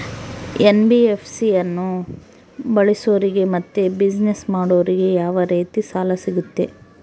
NBFC ಅನ್ನು ಬಳಸೋರಿಗೆ ಮತ್ತೆ ಬಿಸಿನೆಸ್ ಮಾಡೋರಿಗೆ ಯಾವ ರೇತಿ ಸಾಲ ಸಿಗುತ್ತೆ?